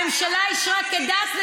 ראש הממשלה, דקה לפני